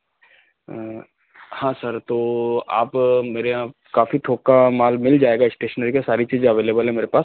हाँ सर तो आप मेरे यहाँ काफ़ी थोक का माल मिल जाएगा इस्टेशनरी की सारी चीज़ें अवेलेबल है मेरे पास